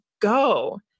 go